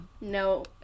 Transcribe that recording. No